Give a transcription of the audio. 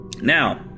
...now